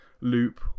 loop